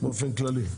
באופן כללי.